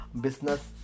business